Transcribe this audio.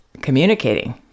communicating